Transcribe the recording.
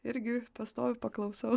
irgi stoviu paklausau